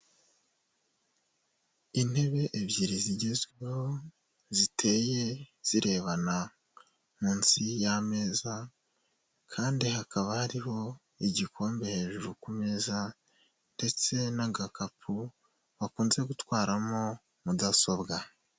Intebe ebyiri zigezweho ziteye zirebana munsi y'ameza, kandi hakaba hariho igikombe hejuru ku meza, ndetse n'agakapu bakunze gutwaramo mudasobwa.